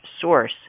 source